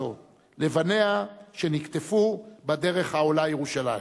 הזו לבניה שנקטפו בדרך העולה ירושלים.